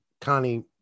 connie